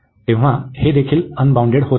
तेव्हा हे देखील अनबाउंडेड होत आहे